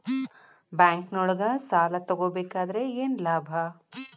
ಬ್ಯಾಂಕ್ನೊಳಗ್ ಸಾಲ ತಗೊಬೇಕಾದ್ರೆ ಏನ್ ಲಾಭ?